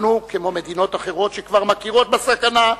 אנחנו, כמו מדינות אחרות שכבר מכירות בסכנה,